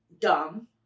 dumb